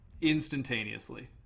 instantaneously